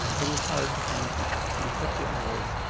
but it was hard to find people, and it kept getting worse.